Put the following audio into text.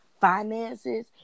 finances